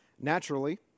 Naturally